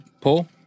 Paul